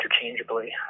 interchangeably